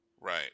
right